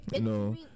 no